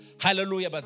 Hallelujah